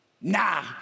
nah